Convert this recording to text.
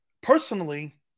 Personally